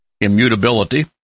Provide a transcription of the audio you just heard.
immutability